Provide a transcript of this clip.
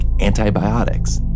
antibiotics